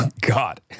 God